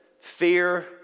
Fear